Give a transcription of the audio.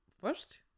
first